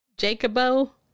Jacobo